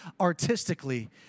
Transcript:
artistically